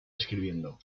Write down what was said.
escribiendo